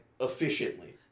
efficiently